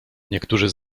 niektórzy